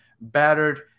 battered